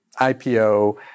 IPO